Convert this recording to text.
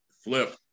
Flip